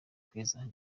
keza